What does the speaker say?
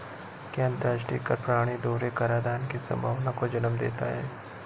क्या अंतर्राष्ट्रीय कर प्रणाली दोहरे कराधान की संभावना को जन्म देता है?